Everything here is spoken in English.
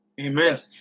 amen